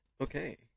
Okay